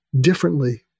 differently